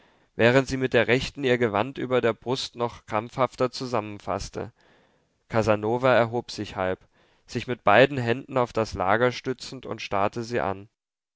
während sie mit der rechten ihr gewand über der brust noch krampfhafter zusammenfaßte casanova erhob sich halb sich mit beiden händen auf das lager stützend und starrte sie an